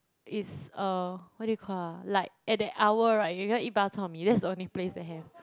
is uh what do you call ah like at that hour right you want to eat Bak-Chor-Mee that's the only place that have